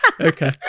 Okay